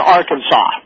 Arkansas